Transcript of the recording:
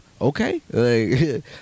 okay